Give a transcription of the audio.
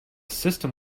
system